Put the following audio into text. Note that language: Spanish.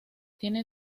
tiene